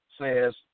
says